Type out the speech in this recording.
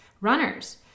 runners